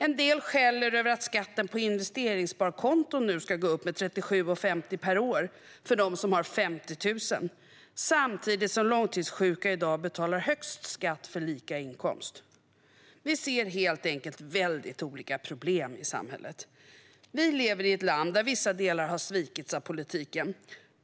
En del skäller över att skatten på investeringssparkonton ska gå upp med 37,50 per år för dem som har 50 000, samtidigt som långtidssjuka i dag betalar högst skatt för lika inkomst. Vi ser helt enkelt mycket olika problem i samhället. Vi lever i ett land där vissa delar har svikits av politiken.